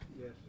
Yes